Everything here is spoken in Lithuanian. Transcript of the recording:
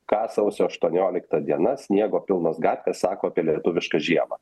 ką sausio aštuonioliktą dienas sniego pilnos gatvės sako apie lietuvišką žiemą